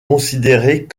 considérée